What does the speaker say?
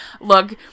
look